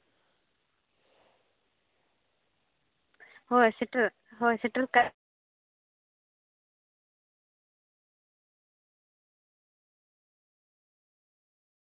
ᱦᱳᱭ ᱥᱮᱴᱮᱨᱚᱜ ᱦᱳᱭ ᱥᱮᱴᱮᱨ ᱠᱟᱜ